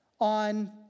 on